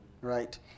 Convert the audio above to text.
right